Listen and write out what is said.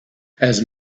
has